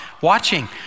watching